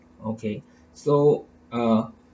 okay so uh